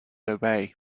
obey